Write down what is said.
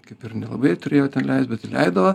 kaip ir nelabai turėjo ten leist bet įleido